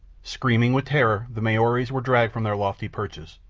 screaming with terror the maoris were dragged from their lofty perches.